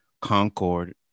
Concord